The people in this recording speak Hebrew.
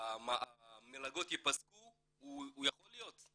שהמלגות ייפסקו הוא יכול להיות,